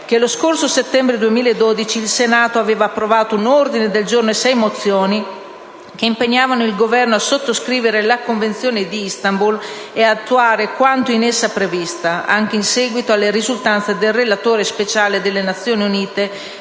che lo scorso 20 settembre 2012 il Senato aveva approvato un ordine del giorno e sette mozioni, che impegnavano il Governo a sottoscrivere la Convenzione di Istanbul e ad attuare quanto in essa previsto, anche in seguito alle risultanze del relatore speciale delle Nazioni Unite